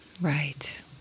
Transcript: Right